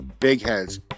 BIGHEADS